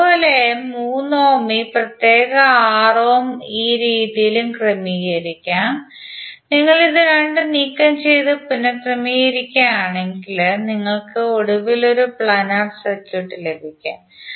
അതുപോലെ 3 ഓം ഈ പ്രത്യേക 6 ഓം ഈ രീതിയിലും ക്രമീകരിക്കാം നിങ്ങൾ ഇത് രണ്ടും നീക്കം ചെയ്ത് പുനർക്രമീകരിക്കുകയാണെങ്കിൽ നിങ്ങൾക്ക് ഒടുവിൽ ഒരു പ്ലാനർ സർക്യൂട്ട് ലഭിക്കും